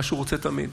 מה שהוא רוצה תמיד,